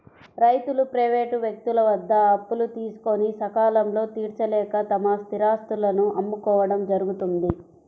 రైతులు ప్రైవేటు వ్యక్తుల వద్ద అప్పులు తీసుకొని సకాలంలో తీర్చలేక తమ స్థిరాస్తులను అమ్ముకోవడం జరుగుతోంది